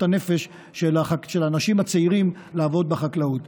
הנפש של האנשים הצעירים לעבוד בחקלאות.